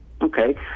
Okay